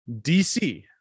DC